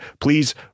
please